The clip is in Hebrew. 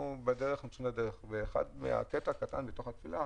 יש קטע קטן בתפילה